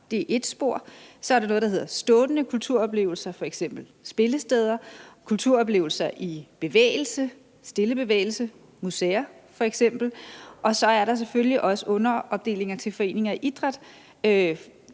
Det er ét spor. Så er der noget, der hedder stående kulturoplevelser, f.eks. spillesteder, kulturoplevelser i bevægelse, f.eks. museer, og så er der selvfølgelig også underafdelinger til idrætten specifikt,